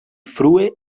frue